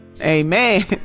Amen